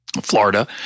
Florida